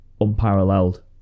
unparalleled